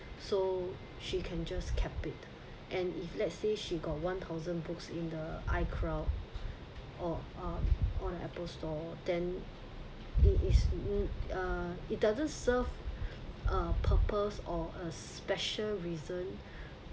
so she can just kept it and if let's say she got one thousand books in the icloud or uh on the apple store then it is uh it doesn't serve a purpose or a special reason